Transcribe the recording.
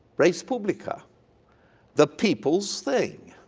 res publica the people s thing.